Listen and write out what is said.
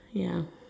ya